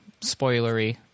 spoilery